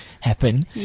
happen